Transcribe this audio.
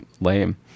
lame